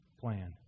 plan